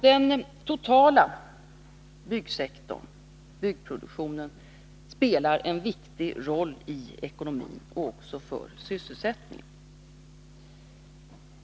Den totala byggsektorn spelar en viktig roll i ekonomin och för sysselsättningen.